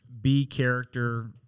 B-character